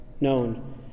known